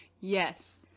Yes